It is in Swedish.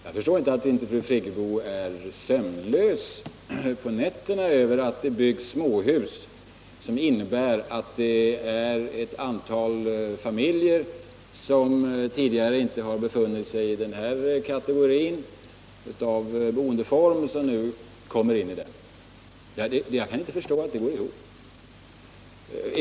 Jag förstår då inte hur fru Friggebo kan undgå att vara sömnlös på nätterna vid tanken på att det byggs småhus, vilket innebär att ett stort antal familjer, som tidigare inte har tillhört den här boendekategorin, nu kommer in i den boendeformen. Jag kan inte anse att hennes resonemang går ihop.